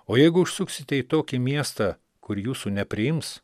o jeigu užsuksite į tokį miestą kur jūsų nepriims